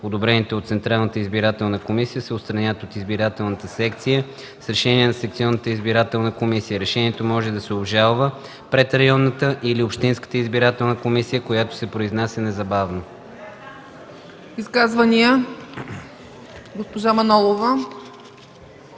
одобрените от Централната избирателна комисия, се отстраняват от избирателната секция с решение на секционната избирателна комисия. Решението може да се обжалва пред районната или общинската избирателна комисия, която се произнася незабавно.” ПРЕДСЕДАТЕЛ